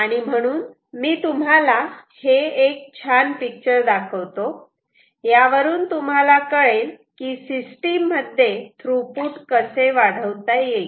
आणि म्हणून मी तुम्हाला हे एक छान पिक्चर दाखवतो यावरून तुम्हाला कळेल की सिस्टीम मध्ये थ्रुपुट कसे वाढवता येईल